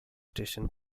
station